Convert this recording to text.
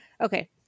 Okay